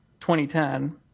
2010